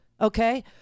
okay